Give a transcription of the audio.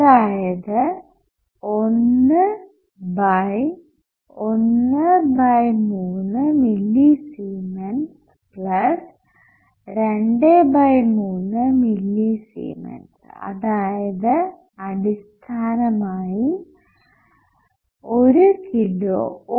അതായത് 1 by 13 millisiemens 23മില്ലിസീമെൻസ് അതായത് അടിസ്ഥാനമായി 1 കിലോ Ω